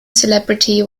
celebrity